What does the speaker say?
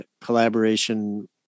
collaboration